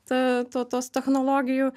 ta to tos technologijų